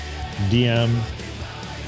DM